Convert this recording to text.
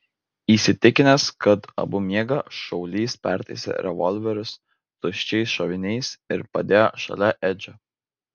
įsitikinęs kad abu miega šaulys pertaisė revolverius tuščiais šoviniais ir padėjo šalia edžio